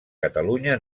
catalunya